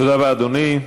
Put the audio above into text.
תודה רבה, אדוני.